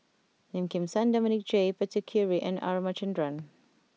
Lim Kim San Dominic J Puthucheary and R Ramachandran